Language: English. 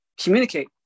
communicate